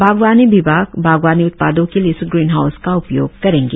बागवानी विभाग बागवानी उत्पादों के लिए इस ग्रीन हाउस का उपयोग करेंगे